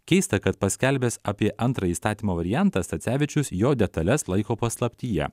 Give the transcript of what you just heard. keista kad paskelbęs apie antrąjį įstatymo variantą stacevičius jo detales laiko paslaptyje